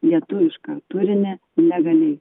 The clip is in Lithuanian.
lietuvišką turinį legaliai